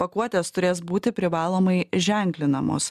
pakuotės turės būti privalomai ženklinamos